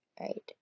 Right